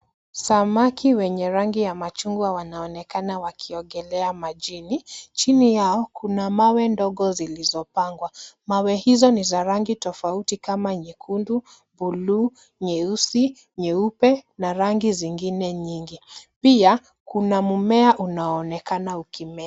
Samaki wenye rangi ya machungwa wanaonekana wakiogelea majini. Chini yao kuna mawe ndogo zilizopangwa. Mawe hizo ni za rangi tofauti kama nyekundu, buluu, nyeusi, nyeupe na rangi zingine nyingi. Pia kuna mmea unaonekana ukimea.